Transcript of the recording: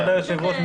כבוד היושב-ראש,